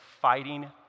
fighting